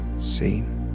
seen